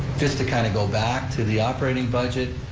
just to kind of go back to the operating budget,